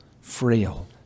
frail